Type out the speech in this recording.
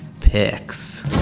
Picks